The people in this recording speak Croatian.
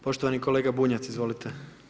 Poštovani kolega Bunjac, izvolite.